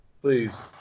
Please